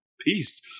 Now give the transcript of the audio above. peace